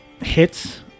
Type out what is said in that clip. hits